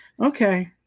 okay